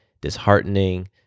disheartening